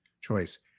Choice